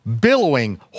Billowing